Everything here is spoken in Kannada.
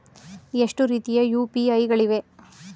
ಎಷ್ಟು ರೀತಿಯ ಯು.ಪಿ.ಐ ಗಳಿವೆ?